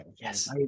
Yes